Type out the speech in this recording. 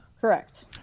Correct